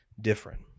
different